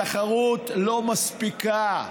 התחרות לא מספיקה.